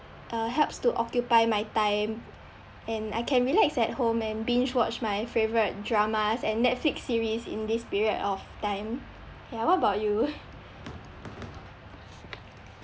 uh helps to occupy my time and I can relax at home and binge watch my dramas and netflix series in this period of time ya what about you